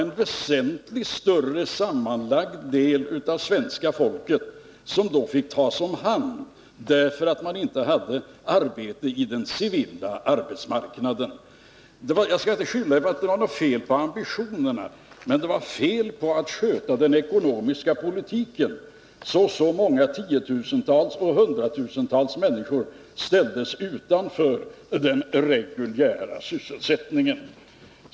En väsentligt större sammanlagd del av svenska folket fick tas om hand därför att det inte fanns arbete på den civila arbetsmarknaden. Jag skall inte påstå att det var fel på era ambitioner, men det var fel på ert sätt att sköta den ekonomiska politiken, varigenom så många tiotusentals och hundratusentals människor ställdes utanför den reguljära sysselsättningen.